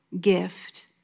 gift